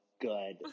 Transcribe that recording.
good